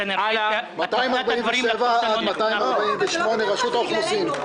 את מפנה את הדברים לכתובת הלא נכונה.